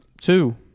two